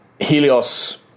Helios